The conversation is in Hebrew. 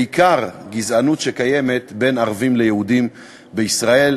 בעיקר גזענות שקיימת בין ערבים ליהודים בישראל,